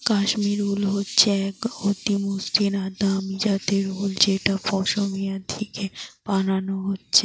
কাশ্মীর উল হচ্ছে এক অতি মসৃণ আর দামি জাতের উল যেটা পশমিনা থিকে বানানা হচ্ছে